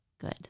good